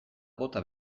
bota